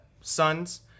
sons